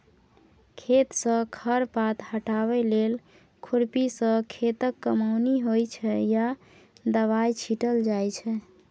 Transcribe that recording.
खेतसँ खर पात हटाबै लेल खुरपीसँ खेतक कमौनी होइ छै या दबाइ छीटल जाइ छै